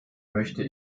möchte